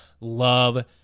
love